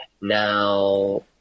Now